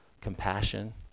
compassion